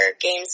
games